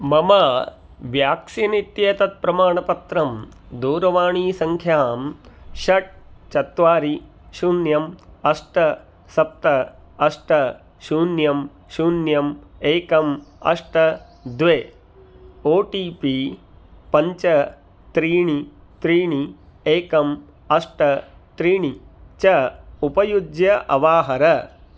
मम व्याक्सीन् इत्येतत् प्रमाणपत्रं दूरवाणीसङ्ख्यां षट् चत्वारि शून्यम् अष्ट सप्त अष्ट शून्यं शून्यम् एकम् अष्ट द्वे ओटिपि पञ्च त्रीणि त्रीणि एकम् अष्ट त्रीणि च उपयुज्य अवाहर